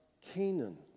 Canaan